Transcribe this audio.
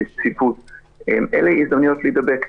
שיש צפיפות אלה הזדמנויות להידבק.